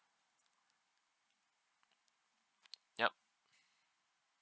yup